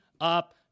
up